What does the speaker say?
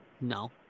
No